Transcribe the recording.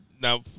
Now